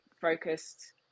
focused